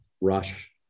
rush